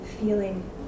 feeling